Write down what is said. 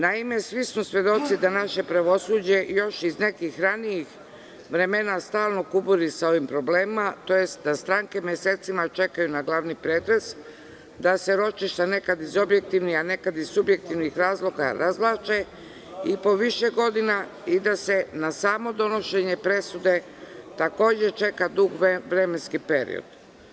Naime, svi smo svedoci da naše pravosuđe još iz nekih ranijih vremena stalno kuburi sa ovim problemima, tj. da stranke mesecima čekaju na glavni pretres, da se ročišta nekada iz objektivnih, a nekada i iz subjektivnih razloga razvlače i po više godina, i da se na samo donošenje presude čeka dug vremenski period.